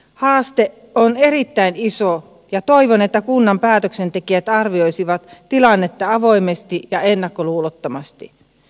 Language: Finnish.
haaste on erittäin iso ja toivon että kunnan päätöksentekijät arvioisivat tilannetta avoimesti ja ennakkoluulottomasti